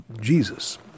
jesus